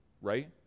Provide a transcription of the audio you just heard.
Right